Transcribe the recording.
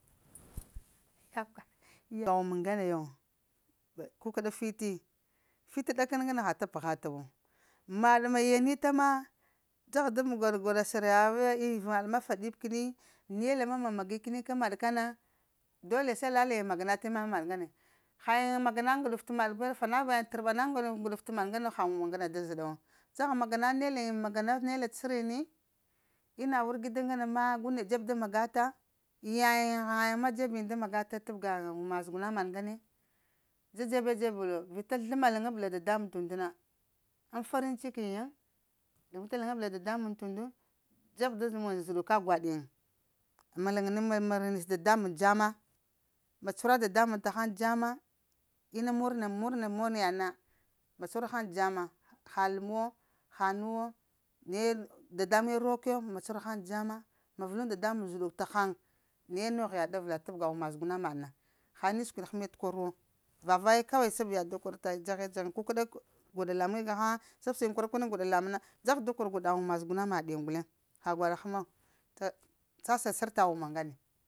bəga wuma ŋgana yo kukəɗa fiti, fita ɗakana ŋgane ha ta pəgha ta wo. Maɗ ya nita ma dzaha da kor gwaɗa shir ya te yin ivuŋaɗ ma faɗib kini nela ma ma magi kəni ka maɗ kana, dole se lalayiŋ magana tina maɗ ŋgane, ha yiŋ magana ŋguɗuf t'mayiŋ tərɓa ma yiŋ nguɗuf t'mayin ŋgane ha wume ŋgana ta zəɗuwo dzaha magana nda yiŋ magana nela t'səra ni ina wargida ŋgana ma gu neɗ dzeb da magata yayiŋ ŋ ghayiŋ ma dzeb yiŋ da magata tabga wuma zuguna maɗ ŋgane da dzebe dzebəlo vita zləma laŋgabla dadamuŋ t'und na ŋ farin ciki yiŋ da vita laŋgabla dadamuŋ tunda dzeb da mun zuɗuka gwaɗ yiŋ, ma laŋgarib ma marinis dadamuŋ dzama ma cuhura dadamuŋ tahaŋ dzama, ina murni murna mun yaɗ na, ma cuhura ghaŋ dzamma ha ləmwo ha nuwo na ye dada muŋ ne rok yo ma cuhura ghan dzama, ma vuluŋ dadamuŋ zəɗak taghaŋ naye nogh yaɗ tabga wuma zuguna maɗ na, ha inda sə kwiɗ həmi t'kor wo vavaya sab yaɗ da kor aya dzahe-dzahi, kukəda. Gwaɗa lamuŋe gahaŋa sabsayin kwarakwaryiŋ gwaɗa lamuŋ na, dzaha da kor gwaɗa wuma zuguna mayiŋ gulen ha gwaɗ həmu, sasa sarta wuma ngane.